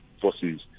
forces